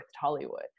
Hollywood